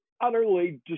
utterly